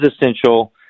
essential